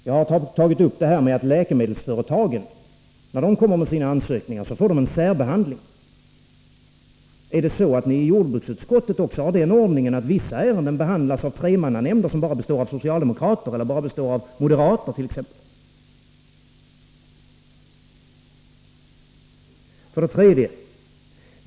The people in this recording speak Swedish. Jag har tagit upp detta med att läkemedelsföretagen när de kommer med sina ansökningar får en särbehandling. Är det så att ni i jordbruksutskottet också har den ordningen, att vissa ärenden behandlas av tremannanämnder som består av t.ex. bara socialdemokrater eller bara moderater?